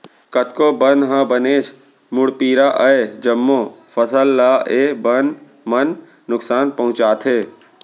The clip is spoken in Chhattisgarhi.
कतको बन ह बनेच मुड़पीरा अय, जम्मो फसल ल ए बन मन नुकसान पहुँचाथे